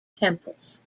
temples